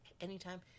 Anytime